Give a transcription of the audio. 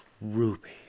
Ruby